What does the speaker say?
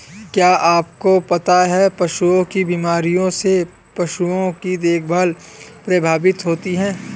क्या आपको पता है पशुओं की बीमारियों से पशुओं की देखभाल प्रभावित होती है?